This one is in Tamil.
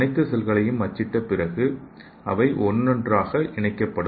அனைத்து செல்களையும் அச்சிட்ட பிறகு அவை ஒன்றாக இணைக்கப்படும்